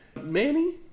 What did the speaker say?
Manny